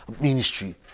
ministry